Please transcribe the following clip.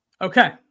okay